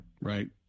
Right